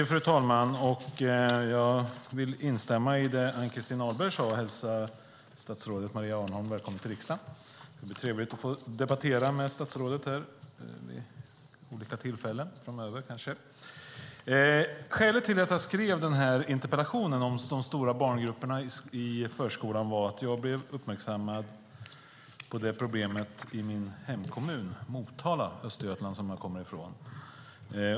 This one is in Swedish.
Fru talman! Jag vill instämma i det som Ann-Christin Ahlberg sade och hälsa statsrådet Maria Arnholm välkommen till riksdagen. Det ska bli trevligt att få debattera med statsrådet vid olika tillfällen framöver. Skälet till att jag skrev denna interpellation om de stora barngrupperna i förskolan var att jag blev uppmärksammad på detta problem i min hemkommun Motala i Östergötland som jag kommer från.